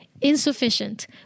insufficient